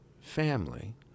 family